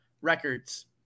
records